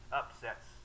upsets